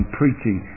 preaching